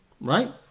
Right